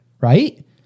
Right